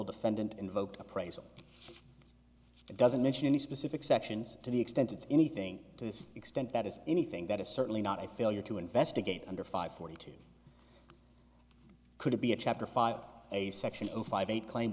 defendant invoked appraisal it doesn't mention any specific sections to the extent it's anything to this extent that is anything that is certainly not a failure to investigate under five forty two could it be a chapter file a section five eight claim